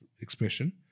expression